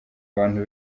abantu